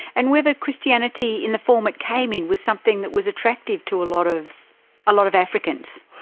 and whether christianity in the form it came in was something that was attractive to a lot of lot of africans.